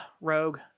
rogue